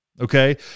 okay